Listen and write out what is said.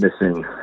missing